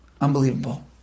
Unbelievable